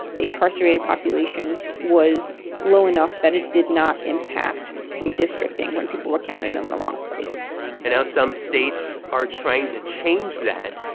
the incarcerated population was low enough that it did not impact redistricting when people were counted in the wrong place and now some states are trying to change that,